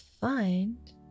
find